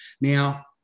Now